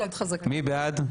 מי בעד?